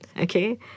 Okay